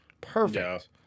Perfect